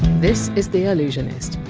this is the allusionist,